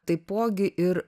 taipogi ir